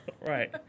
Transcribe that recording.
Right